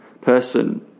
person